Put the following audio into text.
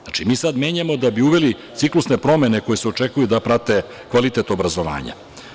Znači, mi sada menjamo da bi uveli ciklusne promene koje se očekuju da prate kvalitet obrazovanja.